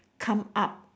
come up